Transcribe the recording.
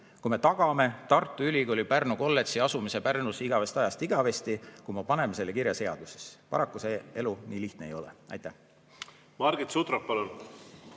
kui me tagaksime Tartu Ülikooli Pärnu kolledži asumise Pärnus igavesest ajast igavesti sellega, et me paneme selle kirja seadusesse. Paraku elu nii lihtne ei ole. Margit Sutrop, palun!